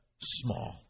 small